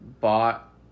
bought